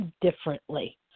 differently